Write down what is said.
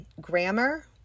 grammar